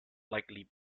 likely